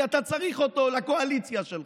כי אתה צריך אותו לקואליציה שלך.